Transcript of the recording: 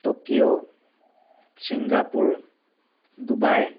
Tokyo Singapore Dubai